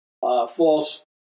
false